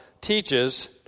teaches